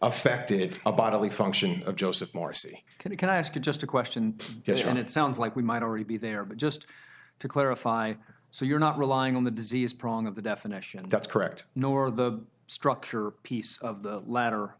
affected a bodily function of joseph marcy can i ask you just a question and it sounds like we might already be there but just to clarify so you're not relying on the disease prong of the definition that's correct nor the structure piece of the latter